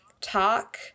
talk